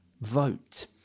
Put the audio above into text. vote